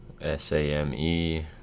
S-A-M-E